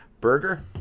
burger